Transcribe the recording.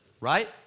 right